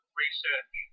research